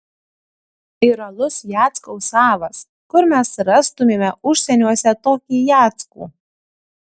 ir alus jackaus savas kur mes rastumėme užsieniuose tokį jackų